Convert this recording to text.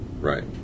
right